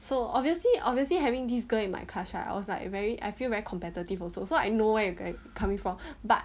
so obviously obviously having this girl in my class right I was like very I feel very competitive also so I know what you guys coming from but